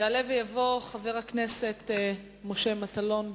יעלה ויבוא חבר הכנסת משה מטלון.